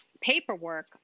paperwork